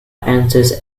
enters